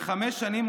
בחמש שנים,